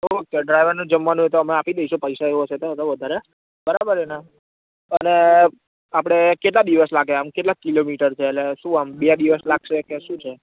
okay ડ્રાઇવરનું જમવાનું એ તો અમે આપી દઇશું પૈસા એવું હશે તો વધારે બરાબર એને અને આપડે કેટલા દિવસ લાગે આમ કેટલા કિલોમીટર છે એટલે શું બે દિવસ લાગશે કે શું છે